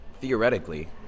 theoretically